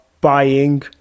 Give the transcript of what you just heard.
buying